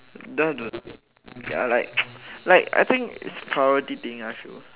ya like like I think is priority thing I feel